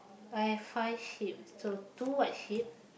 I have five sheep so two white sheep